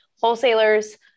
wholesalers